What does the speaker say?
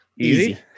Easy